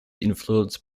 influenced